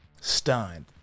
stunned